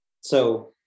So-